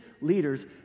leaders